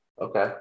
okay